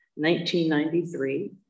1993